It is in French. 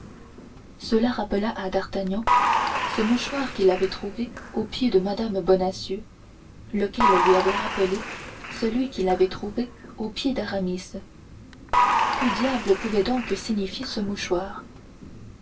cela rappela à d'artagnan ce mouchoir qu'il avait trouvé aux pieds de mme bonacieux lequel lui avait rappelé celui qu'il avait trouvé aux pieds d'aramis que diable pouvait donc signifier ce mouchoir